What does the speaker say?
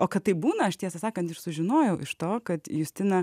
o kad taip būna aš tiesą sakant ir sužinojau iš to kad justiną